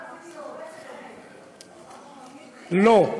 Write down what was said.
כבר, לא,